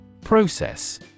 Process